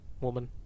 woman